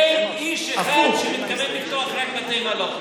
אין איש אחד שמתכוון לפתוח רק בתי מלון.